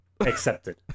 Accepted